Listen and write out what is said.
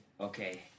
Okay